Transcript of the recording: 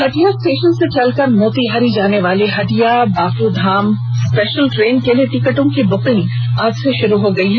Hatia station से चलकर मोतिहारी जाने वाली हटिया बापूधाम स्पेशल ट्रेन के लिए टिकटों की बुकिंग आज से शुरू हो गयी है